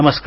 नमस्कार